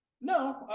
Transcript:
No